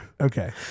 Okay